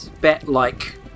bat-like